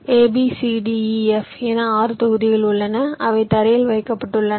a b c d e f என 6 தொகுதிகள் உள்ளன அவை தரையில் வைக்கப்பட்டுள்ளன